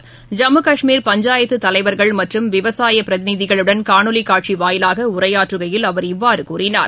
ஐம்மு கஷ்மீர் பஞ்சாயத்துதலைவர்கள் மற்றும் விவசாயபிரதிநிதிகளுடன் காணொலிக் காட்சிவாயிலாகஉரையாற்றுகையில் அவர் இவ்வாறுகூறினார்